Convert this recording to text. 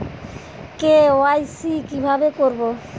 KYC কিভাবে করব?